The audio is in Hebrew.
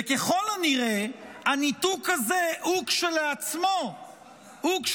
וככל הנראה, הניתוק הזה הוא כשלעצמו סיבה